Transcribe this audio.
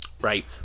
Right